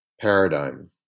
paradigm